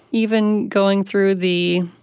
even going through the